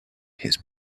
his